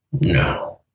No